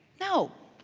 no,